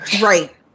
Right